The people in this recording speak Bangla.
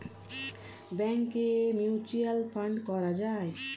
ব্যাংকে মিউচুয়াল ফান্ড করা যায়